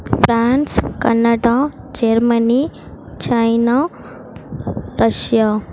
France Canada Germany China Russia